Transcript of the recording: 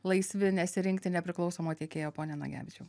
laisvi nesirinkti nepriklausomo tiekėjo pone nagevičiau